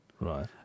Right